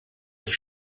ich